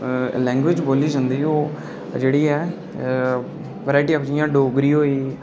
normal च जेह्ड़ी language बोल्ली जंदी ओह् जेह्ड़ी ऐ वैरायटी होई जि'यां डोगरी होई